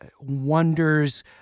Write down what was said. wonders